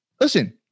listen